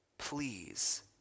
Please